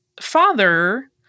father